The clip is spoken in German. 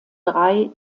drei